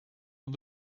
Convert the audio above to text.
van